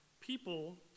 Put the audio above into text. people